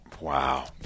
Wow